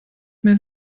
mehr